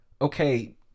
okay